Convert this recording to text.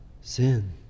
sin